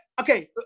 okay